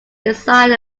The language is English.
beside